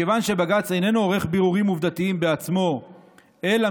מכיוון שבג"ץ איננו עורך בירורים עובדתיים בעצמו אלא